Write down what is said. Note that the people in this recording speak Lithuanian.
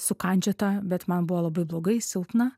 sukandžiota bet man buvo labai blogai silpna